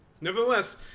nevertheless